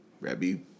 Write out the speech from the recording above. Rebbe